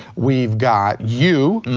we've got you,